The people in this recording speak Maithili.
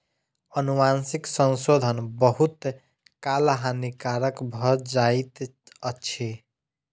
अनुवांशिक संशोधन बहुत काल हानिकारक भ जाइत अछि